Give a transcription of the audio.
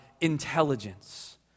intelligence